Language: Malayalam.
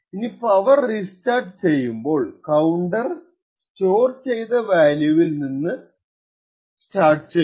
ഇനി പവർ റീസ്റ്റാർട്ട് ചെയ്യുമ്പോൾ കൌണ്ടർ സ്റ്റോർ ചെയ്ത വാല്യൂവിൽ നിന്ന് സ്റ്റാർട്ട് ചെയ്യും